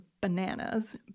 bananas